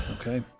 okay